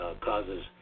causes